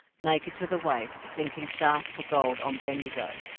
naked to the waist, sinking shafts for gold on bendigo,